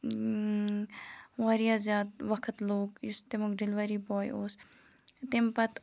واریاہ زیادٕ وقت لوٚگ یُس تمیُک ڈِلؤری باے اوس تمہِ پَتہٕ